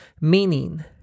Meaning